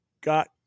got